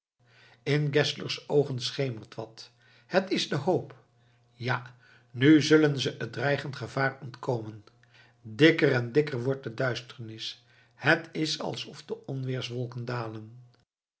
geszlers oogen schemert wat het is de hoop ja nu zullen ze het dreigend gevaar ontkomen dikker en dikker wordt de duisternis het is alsof de onweerswolken dalen